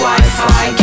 Wi-Fi